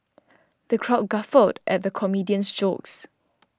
the crowd guffawed at the comedian's jokes